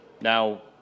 now